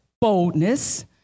boldness